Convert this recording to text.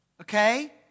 Okay